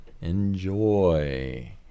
Enjoy